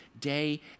day